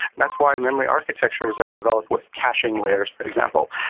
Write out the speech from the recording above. that's why memory architectures have developed with caching layers for example.